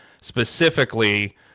specifically